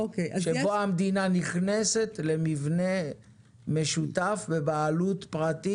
שבו המדינה נכנסת למבנה משותף בבעלות פרטית,